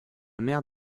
mère